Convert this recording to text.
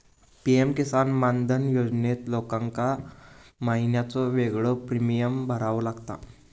PM किसान मानधन योजनेत लोकांका महिन्याचो येगळो प्रीमियम भरावो लागता